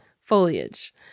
foliage